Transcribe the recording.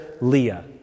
Leah